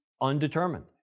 undetermined